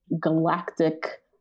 galactic